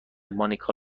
مانیکا